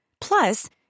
Plus